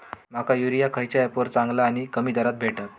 माका युरिया खयच्या ऍपवर चांगला आणि कमी दरात भेटात?